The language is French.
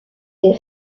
est